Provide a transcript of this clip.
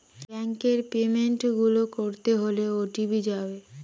ব্যাংকের পেমেন্ট গুলো করতে হলে ও.টি.পি যাবে